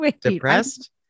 Depressed